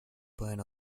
pueden